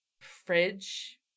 fridge